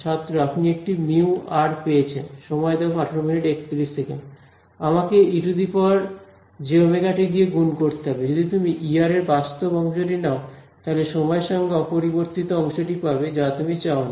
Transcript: ছাত্র আপনি একটি মিউ আর পেয়েছেন আমাকে ejωt দিয়ে গুণ করতে হবে যদি তুমি E r এর বাস্তব অংশটি নাও তাহলে সময়ের সঙ্গে অপরিবর্তিত অংশটি পাবে যা তুমি চাও না